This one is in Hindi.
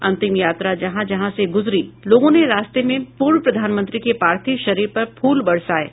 अंतिम यात्रा जहां जहां से गुजरी लोगों ने रास्ते में पूर्व प्रधानमंत्री के पार्थिव शरीर पर फूल बरसाये